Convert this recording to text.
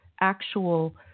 actual